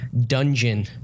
dungeon